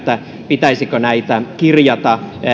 pitäisikö näitä kirjata